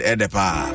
Edepa